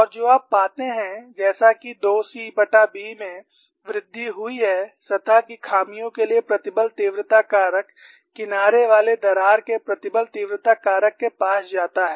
और जो आप पाते हैं जैसा कि 2c B में वृद्धि हुई है सतह की खामियों के लिए प्रतिबल तीव्रता कारक किनारे वाले दरार के प्रतिबल तीव्रता कारक के पास जाता है